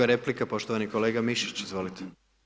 2 replika, poštovani kolega Mišić, izvolite.